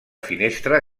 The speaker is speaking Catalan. finestra